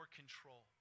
control